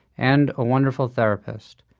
and a wonderful therapist,